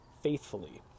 faithfully